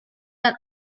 are